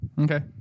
Okay